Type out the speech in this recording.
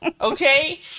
Okay